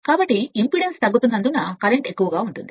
కాబట్టి ఇంపిడెన్స్ తగ్గుతున్నందున కరెంట్ ఎక్కువగా ఉంటుంది